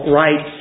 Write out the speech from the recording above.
right